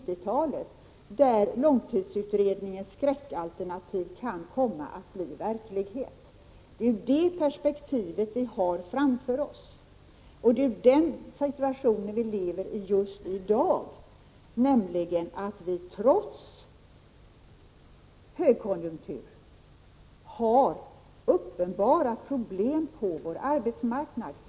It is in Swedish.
Annars kan långtidsutredningens skräckalternativ komma att bli verklighet. Det är det perspektivet vi har framför oss. I dag befinner vi oss i den situationen att vi trots högkonjunktur har uppenbara problem på vår arbetsmarknad.